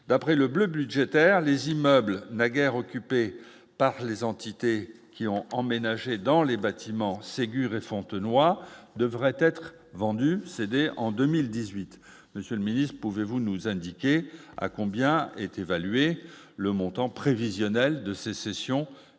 d'après le bleu budgétaire les immeubles naguère occupé par les entités qui ont emménagé dans les bâtiments Séguret Fontenoy devraient être vendus en 2018, monsieur le Ministre, pouvez-vous nous indiquer à combien est évalué le montant prévisionnel de ces cessions immobilières,